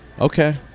Okay